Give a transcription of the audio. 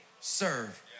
Serve